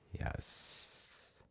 Yes